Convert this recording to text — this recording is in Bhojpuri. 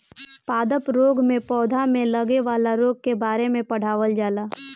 पादप रोग में पौधा में लागे वाला रोग के बारे में पढ़ावल जाला